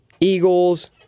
Eagles